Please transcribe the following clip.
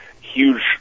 huge